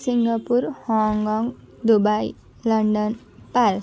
Singapore Hong Kong Dubai London Paris